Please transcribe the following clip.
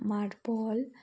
marble